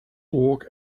walk